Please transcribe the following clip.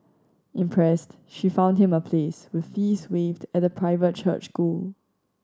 impressed she found him a place with fees waived at a private church school